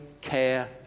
care